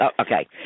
Okay